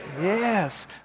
Yes